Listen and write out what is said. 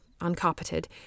uncarpeted